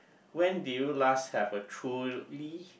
when did you last have a truly